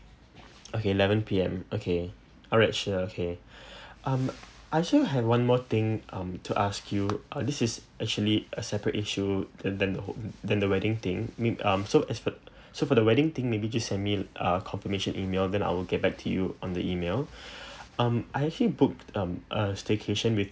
okay eleven P_M okay alright sure okay um I actually have one more thing um to ask you uh this is actually a separate issue than than who~ than the wedding thing with um so as per so for the wedding thing maybe just send me uh confirmation email then I will get back to you on the email um I actually booked um a staycation with